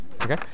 okay